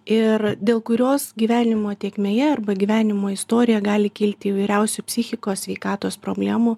ir dėl kurios gyvenimo tėkmėje arba gyvenimo istorija gali kilti įvairiausių psichikos sveikatos problemų